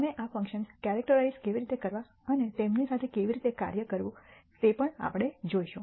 અમે આ functions characterize કેવી રીતે કરવા અને તેમની સાથે કેવી રીતે કાર્ય કરવું તે પણ આપણે જોઈશું